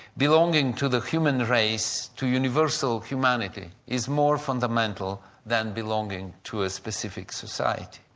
belonging to the human race to universal humanity, is more fundamental than belonging to a specific society.